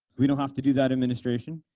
we don't have to do that administration,